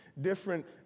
different